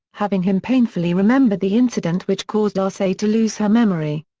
having him painfully remember the incident which caused arcee to lose her memory.